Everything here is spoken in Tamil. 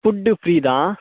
ஃபுட்டு ஃபிரீ தான்